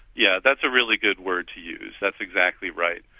yeah, that's a really good word to use. that's exactly right.